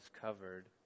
covered